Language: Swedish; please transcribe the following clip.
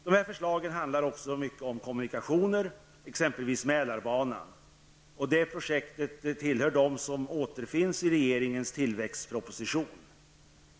De här förslagen handlar också mycket om kommunikationer, exempelvis om Mälarbanan. Det projektet tillhör dem som återfinns i regeringens tilläggsproposition.